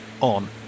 on